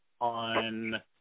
on